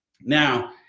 Now